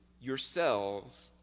yourselves